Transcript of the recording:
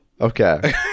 Okay